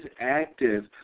active